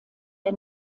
der